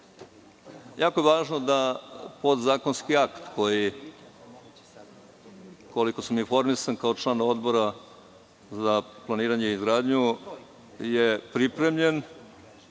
je važno da podzakonski akt koji, koliko sam informisan kao član Odbora za planiranje i izgradnju, je pripremljen,